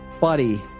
buddy